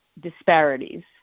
disparities